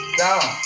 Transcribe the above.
down